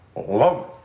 Love